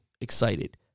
excited